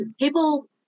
people